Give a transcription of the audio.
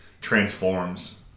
transforms